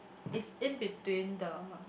it's in between the